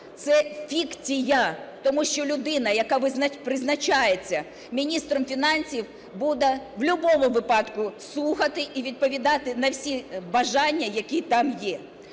це фікція, тому що людина, яка призначається міністром фінансів, буде в любому випадку слухати і відповідати на всі бажання, які там є.